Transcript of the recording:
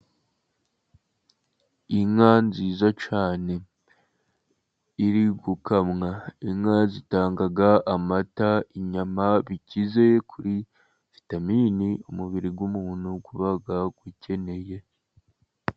Inka nziza cyane iri gukamwa, inka zitanga amata, inyama bikize kuri vitamini, umubiri w'umuntu uba ukeneye.